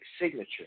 signature